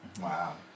Wow